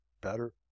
better